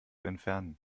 entfernen